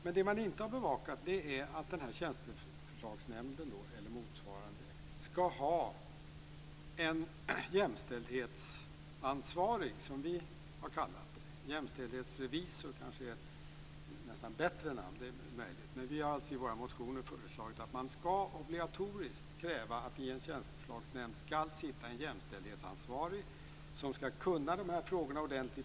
Men man har inte bevakat att denna tjänsteförslagsnämnd eller motsvarande skall ha en jämställdhetsansvarig, som vi har kallat det. Jämställdhetsrevisor kanske är ett bättre namn. Vi i Miljöpartiet har i alla fall i våra motioner föreslagit att man obligatoriskt skall kräva att det i en tjänsteförslagsnämnd skall sitta en jämställdhetsansvarig som skall kunna de här frågorna ordentligt.